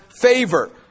favor